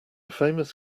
famous